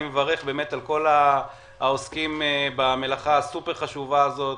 אני מברך את כל העוסקים במלאכה הסופר חשובה הזאת,